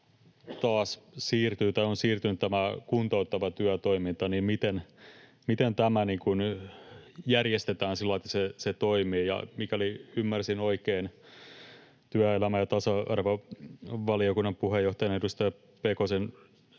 taas on siirtynyt tämä kuntouttava työtoiminta, niin miten tämä järjestetään sillä tavalla, että se toimii. Mikäli ymmärsin oikein työelämä- ja tasa-arvovaliokunnan puheenjohtajan, edustaja Pekosen